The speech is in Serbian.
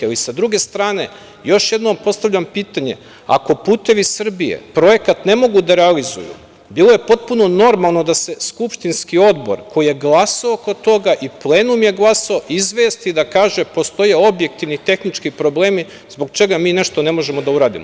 Sa druge strane još jednom postavljam pitanje, ako „Putevi Srbije“, projekat ne mogu da realizuju, bilo je potpuno normalno da se Skupštinski odbor koji je glasao oko toga i plenum je glasao, izvesti i kaže da postoje objektivni tehnički problemi, zbog čega mi nešto ne možemo da uradimo.